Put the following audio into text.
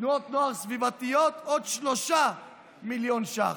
תנועות נוער סביבתיות, עוד 3 מיליון שקלים.